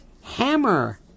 hammer